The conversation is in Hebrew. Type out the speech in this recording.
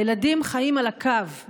הילדים חיים על הקו,